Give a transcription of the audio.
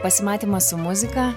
pasimatymas su muzika